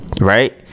right